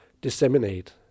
disseminate